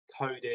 coding